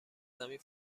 زمین